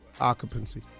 occupancy